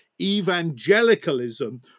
evangelicalism